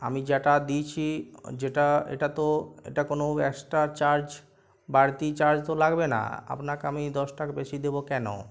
আমি যেটা দিয়েছি যেটা এটা তো এটা কোনোভাবে এক্সট্রা চার্জ বাড়তি চার্জ তো লাগবে না আপনারকে আমি দশ টাকা বেশি দেবো কেন